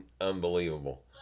unbelievable